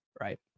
right